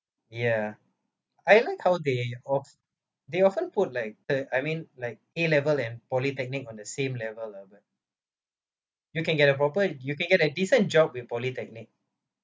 ya I like how they of~ they often put like the I mean like A level and polytechnic on the same level lah but you can get a proper you can get a decent job with polytechnic